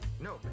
No